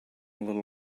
little